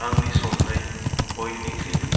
आंनि संनाय बयनिख्रुइबो